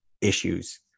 issues